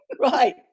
Right